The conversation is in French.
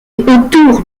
autour